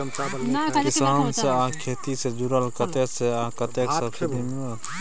किसान से आ खेती से जुरल कतय से आ कतेक सबसिडी मिलत?